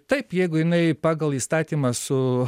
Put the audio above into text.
taip jeigu jinai pagal įstatymą su